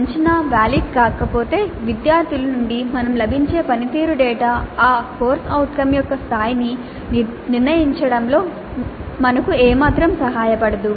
అంచనా వాలిడ్ కాకపోతే విద్యార్థుల నుండి మనకు లభించే పనితీరు డేటా ఆ CO యొక్క స్థాయిని నిర్ణయించడంలో మాకు ఏమాత్రం సహాయపడదు